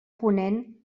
ponent